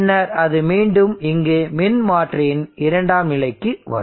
பின்னர் அது மீண்டும் இங்கு மின்மாற்றியின் இரண்டாம் நிலைக்கு வரும்